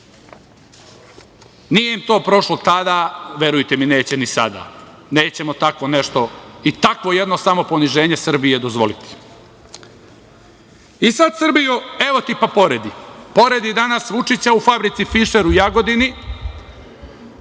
Nije im to prošlo tada, a verujte mi neće ni sada. Nećemo tako nešto i takvo jedno samoponiženje Srbije dozvoliti. Sad, Srbijo, evo, ti pa poredi, poredi danas Vučića u fabrici „Fišer“ u Jagodini.